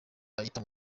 ayita